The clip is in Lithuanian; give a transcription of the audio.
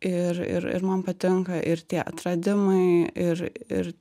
ir ir ir man patinka ir tie atradimai ir ir